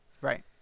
Right